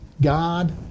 God